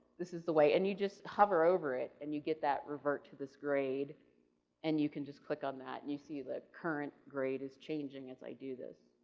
this is the way and you just hover over it and you get that revert to this grade and you can just click on that and you see the current grade is changing as i do this.